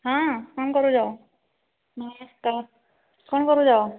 ହଁ କ'ଣ କରୁଛ କ'ଣ କରୁଛ